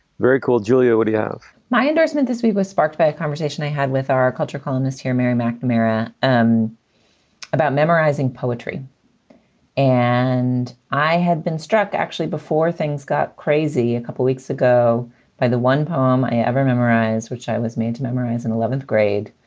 very cool julia woody of my endorsement this week was sparked by a conversation i had with our culture columnist here, mary mcnamara, and about memorizing poetry and i had been struck, actually, before things got crazy a couple weeks ago by the one poem i ever memorize, which i was made to memorize in eleventh grade,